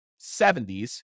70s